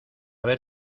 ver